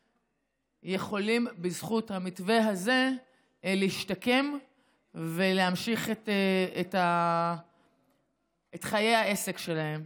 יכולים בזכות המתווה הזה להשתקם ולהמשיך את חיי העסק שלהם.